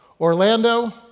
Orlando